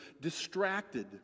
distracted